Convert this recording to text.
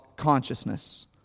consciousness